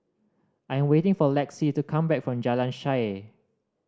I am waiting for Lexi to come back from Jalan Shaer